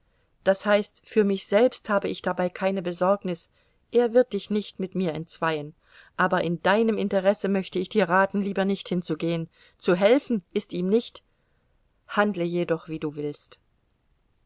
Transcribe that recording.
das heißt für mich selbst habe ich dabei keine besorgnis er wird dich nicht mit mir entzweien aber in deinem interesse möchte ich dir raten lieber nicht hinzugehen zu helfen ist ihm nicht handle jedoch wie du willst